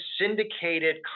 syndicated